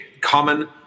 Common